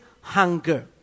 hunger